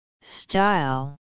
style